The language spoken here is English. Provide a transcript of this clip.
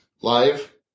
live